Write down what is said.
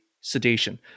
sedation